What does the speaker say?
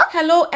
Hello